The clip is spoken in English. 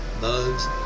bugs